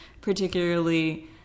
particularly